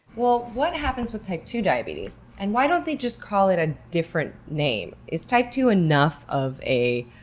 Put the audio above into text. well, what happens with type two diabetes? and why don't they just call it a different name? is type two enough of a